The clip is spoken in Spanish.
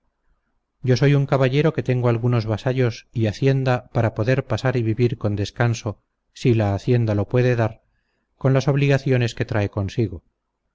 yo soy un caballero que tengo algunos vasallos y hacienda para poder pasar y vivir con descanso si la hacienda lo puede dar con las obligaciones que trae consigo